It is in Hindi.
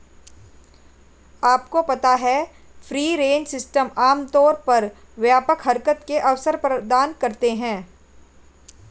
आपको पता है फ्री रेंज सिस्टम आमतौर पर व्यापक हरकत के अवसर प्रदान करते हैं?